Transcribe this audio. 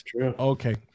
okay